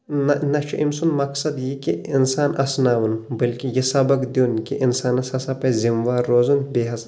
نہ نہ چھُ أمۍ سُنٛد مقصد یہِ کہِ انسان اسناوُن بٔلکہِ یہِ سبق دِیُن کہِ انسانس ہسا پزِ ذمہ وار روزُن بییٚہِ ہسا